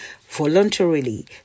voluntarily